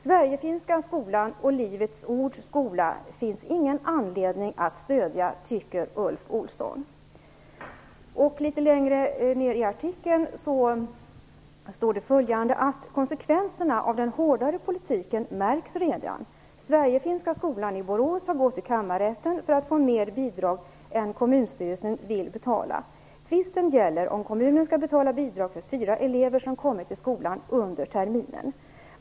Sverigefinska skolan och Livets ords skola finns ingen anledning att stödja, tycker Ulf Olsson." Litet längre ned i artikeln står följande: "Konsekvenserna av den hårdare politiken märks redan. Sverigefinska skolan i Borås har gått till kammarrätten för att få mer bidrag än kommunstyrelsen vill betala. Tvisten gäller om kommunen ska betala bidrag för fyra elever som kommit till skolan under terminen."